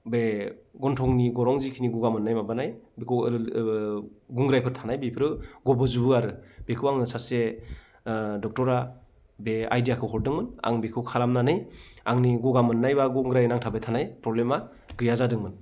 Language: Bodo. बे गन्थंनि गरं जिखिनि गगा मोननाय माबानाय बेखौ गुंग्रायफोर थानाय बेफोरो गबोजोबो आरो बेखौ आङो सासे ड'क्टरा बे आइडियाखौ हरदोंमोन आं बेखौ खालामनानै आंनि गगा मोननाय एबा गुंग्राय नांथाबनाय थानाय प्रब्लेमा गैया जादोंमोन